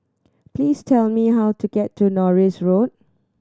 please tell me how to get to Norris Road